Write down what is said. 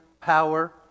power